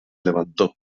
levantó